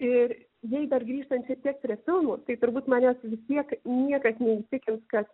ir jei dar grįžtant šiek tiek prie filmų tai turbūt manęs vis tiek niekas neįtikins kad